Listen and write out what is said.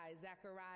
Zechariah